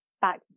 back